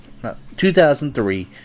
2003